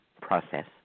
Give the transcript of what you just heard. process